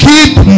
Keep